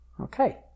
okay